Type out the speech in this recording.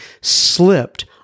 slipped